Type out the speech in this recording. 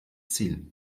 ziel